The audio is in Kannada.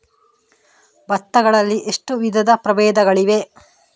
ಭತ್ತ ಗಳಲ್ಲಿ ಎಷ್ಟು ವಿಧದ ಪ್ರಬೇಧಗಳಿವೆ?